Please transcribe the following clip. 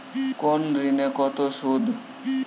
কোন ঋণে কত সুদ?